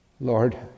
Lord